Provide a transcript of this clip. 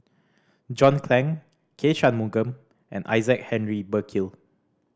John Clang K Shanmugam and Isaac Henry Burkill